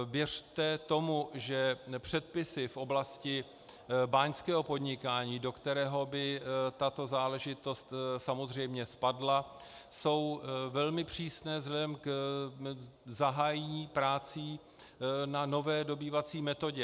Věřte tomu, že předpisy v oblasti báňského podnikání, do kterého by tato záležitost samozřejmě spadla, jsou velmi přísné vzhledem k zahájení prací na nové dobývací metodě.